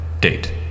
Date